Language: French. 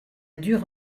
dure